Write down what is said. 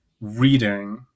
reading